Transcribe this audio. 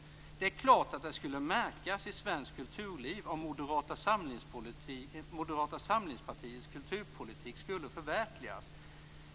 Han sade följande: "Det är klart att det skulle märkas i svenskt kulturliv om Moderata samlingspartiets kulturpolitik skulle förverkligas.